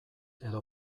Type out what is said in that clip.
edo